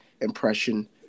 impression